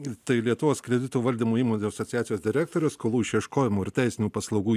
ir tai lietuvos kreditų valdymo įmonių asociacijos direktorius skolų išieškojimo ir teisinių paslaugų